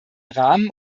rahmen